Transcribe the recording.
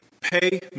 pay